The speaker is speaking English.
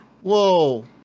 Whoa